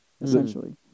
Essentially